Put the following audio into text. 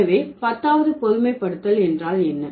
எனவே பத்தாவது பொதுமைப்படுத்தல் என்றால் என்ன